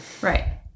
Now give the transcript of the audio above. Right